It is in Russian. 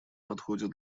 подходит